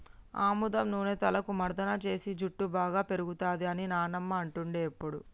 ఆముదం నూనె తలకు మర్దన చేస్తే జుట్టు బాగా పేరుతది అని నానమ్మ అంటుండే ఎప్పుడు